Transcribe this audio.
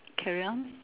carry on